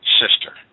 sister